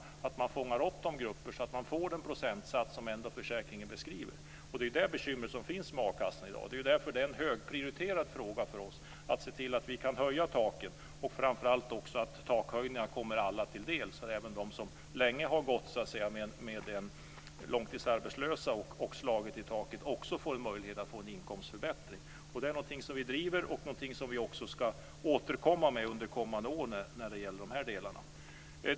Man ska fånga upp de här grupperna, så att de får den procentsats som försäkringen beskriver. Det är det bekymret som finns med a-kassan i dag. Därför är det en högprioriterad fråga för oss att se till att vi kan höja taken, och framför allt att takhöjningarna kommer alla till del. Även de som länge gått arbetslösa och slagit i taket ska få en möjlighet att få en inkomstförbättring. Det är någonting som vi driver och som vi också ska återkomma med under kommande år.